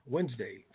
Wednesday